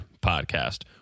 podcast